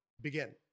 begin